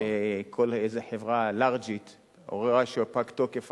שכל איזה חברה לארג'ית רואה שפג תוקף